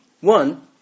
One